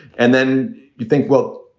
and then you think, well,